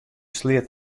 sleat